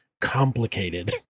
complicated